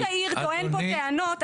ראש העיר טוען פה טענות,